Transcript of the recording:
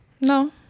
no